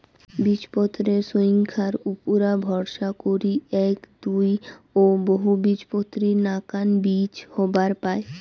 বীজপত্রর সইঙখার উপুরা ভরসা করি এ্যাক, দুই ও বহুবীজপত্রী নাকান বীচি হবার পায়